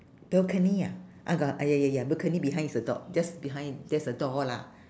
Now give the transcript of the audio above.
balcony ah I got ah ya ya ya balcony behind is the door just behind there's a door lah